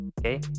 okay